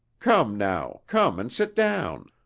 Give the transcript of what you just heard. come now, come and sit down.